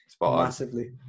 massively